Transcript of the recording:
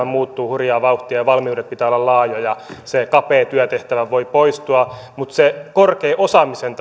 muuttuu hurjaa vauhtia ja valmiuksien pitää olla laajoja se kapea työtehtävä voi poistua mutta se korkea osaamisen